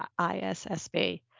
ISSB